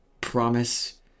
promise